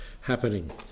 happening